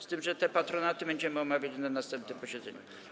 Z tym że te patronaty będziemy omawiać na następnym posiedzeniu.